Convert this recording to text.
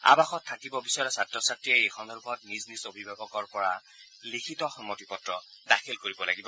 আৱাসত থাকিব বিচৰা ছাত্ৰ ছাত্ৰীয়ে এই সন্দৰ্ভত নিজ নিজ অভিভাৱকৰ পৰা লিখিত সন্মতি পত্ৰ দাখিল কৰিব লাগিব